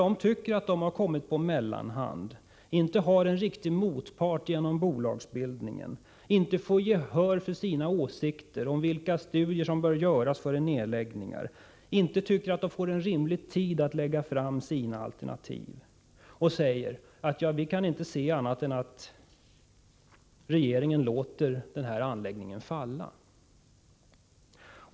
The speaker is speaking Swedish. De tycker att de har kommit på mellanhand, att de inte har någon riktig motpart genom bolagsbildningen, att de inte får gehör för sina åsikter om vilka studier som bör göras före nedläggningar och att de inte får rimlig tid för att lägga fram sina alternativ. Man säger: Ja, vi kan inte se annat än att regeringen låter den här anläggningen falla.